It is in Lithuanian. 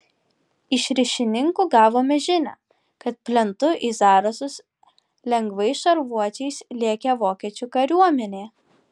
iš ryšininkų gavome žinią kad plentu į zarasus lengvais šarvuočiais lėkė vokiečių kariuomenė